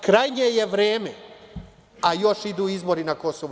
Krajnje je vreme, a još idu izbori na KiM.